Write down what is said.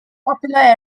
popular